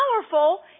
powerful